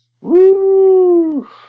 Woo